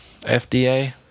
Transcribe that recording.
FDA